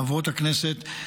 חברות הכנסת,